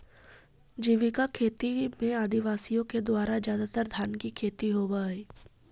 जीविका खेती में आदिवासियों के द्वारा ज्यादातर धान की खेती होव हई